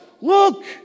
look